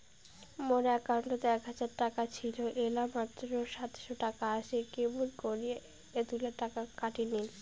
মোর একাউন্টত এক হাজার টাকা ছিল এলা মাত্র সাতশত টাকা আসে আর কেমন করি এতলা টাকা কাটি নিল?